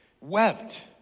wept